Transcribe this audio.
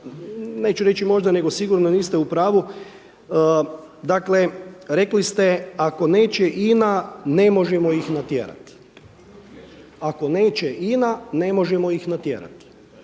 neću reći možda, neto sigurno niste u pravu dakle rekli ste ako neće INA ne možemo ih natjerati. Sada bi se mi mogli malo vratiti